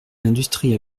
l’industrie